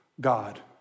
God